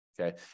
okay